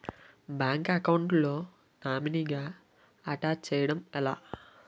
Bank account లో నామినీగా attach చేయడం ఎలా?